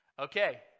okay